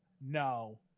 No